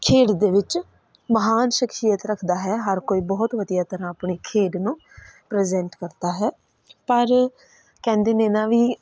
ਖੇਡ ਦੇ ਵਿੱਚ ਮਹਾਨ ਸ਼ਖਸੀਅਤ ਰੱਖਦਾ ਹੈ ਹਰ ਕੋਈ ਬਹੁਤ ਵਧੀਆ ਤਰ੍ਹਾਂ ਆਪਣੀ ਖੇਡ ਨੂੰ ਪ੍ਰਜੈਂਟ ਕਰਦਾ ਹੈ ਪਰ ਕਹਿੰਦੇ ਨੇ ਨਾ ਵੀ